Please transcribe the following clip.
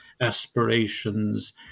aspirations